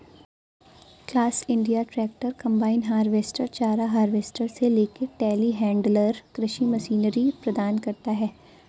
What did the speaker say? class India tractor, combine harvester, चारा harvester से लेकर टेलीहैंडलर कृषि मशीनरी प्रदान करता है